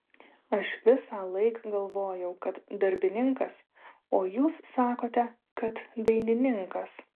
aš visąlaik galvojau kad darbininkas o jūs sakote kad dainininkas